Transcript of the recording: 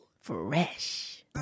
Fresh